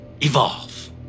evolve